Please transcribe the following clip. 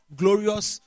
glorious